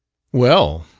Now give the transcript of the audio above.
well,